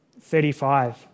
35